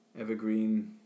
evergreen